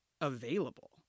available